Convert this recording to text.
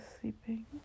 sleeping